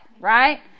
right